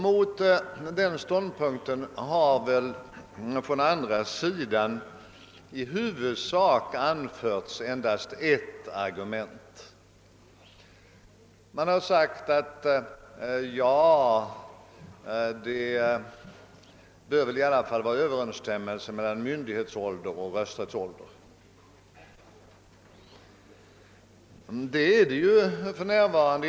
Mot denna ståndpunkt har från andra sidan i huvudsak anförts endast ett argument. Man har sagt att det bör råda överensstämmelse mellan myndighetsålder och rösträttsålder. Det gör det emellertid inte för närvarande.